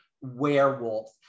werewolf